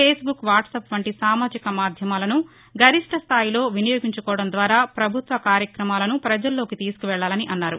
Facebook WhatsApp వంటి సామాజిక మాధ్యమాలను గరిష్ఠ స్టాయిలో వినియోగించుకోవడం ద్వారా ప్రభుత్వ కార్యక్రమాలను ప్రజల్లోకి తీసుకువెళ్లాలని అన్నారు